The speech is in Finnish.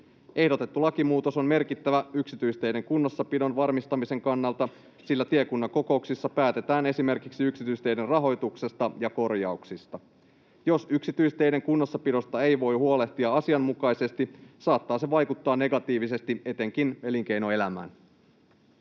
Ehdotettu lakimuutos on merkittävä yksityisteiden kunnossapidon varmistamisen kannalta, sillä tiekunnan kokouksissa päätetään esimerkiksi yksityisteiden rahoituksesta ja korjauksista. Jos yksityisteiden kunnossapidosta ei voi huolehtia asianmukaisesti, saattaa se vaikuttaa negatiivisesti etenkin elinkeinoelämään.